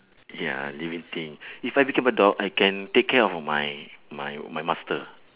ya living thing if I become a dog I can take care of my my my master